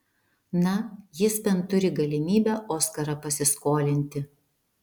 na jis bent turi galimybę oskarą pasiskolinti